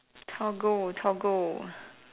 Toggle Toggle